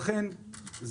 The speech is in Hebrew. לכן,